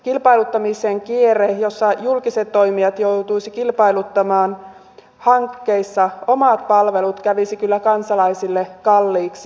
kilpailuttamisen kierre jossa julkiset toimijat joutuisivat kilpailuttamaan hankkeissa omat palvelut kävisi kyllä kansalaisille kalliiksi